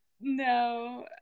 no